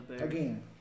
again